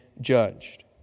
judged